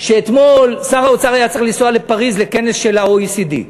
שאתמול שר האוצר היה צריך לנסוע לפריז לכנס של ה-OECD.